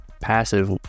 passive